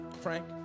Frank